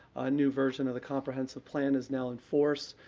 a new version of the comprehensive plan is now in force,